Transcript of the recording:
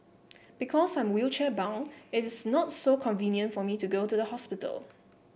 because I'm wheelchair bound it is not so convenient for me to go to the hospital